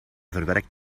verwerkt